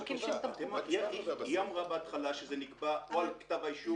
היא אמרה בהתחלה שזה נקבע או על כתב האישום או,